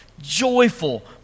joyful